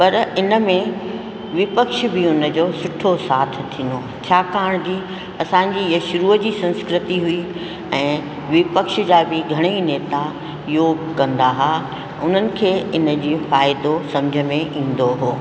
पर इनमें विपक्ष बि उनजो सुठो साथ ॾिनो छाकाणि जी असांजी ईअं शुरूअ जी संस्कृति हुई ऐं विपक्ष जा बि घणेई नेता योग कंदा हा उन्हनि खे इनजी फ़ाइदो सम्झि में ईंदो हो